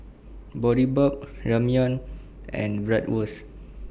Boribap Ramyeon and Bratwurst